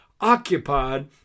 occupied